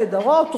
הנהדרות,